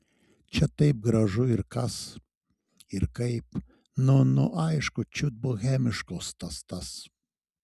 čia taip gražu ir kas ir kaip nu nu aišku čiut bohemiškos tas tas